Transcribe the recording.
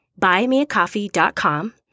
buymeacoffee.com